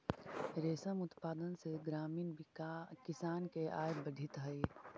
रेशम उत्पादन से ग्रामीण किसान के आय बढ़ित हइ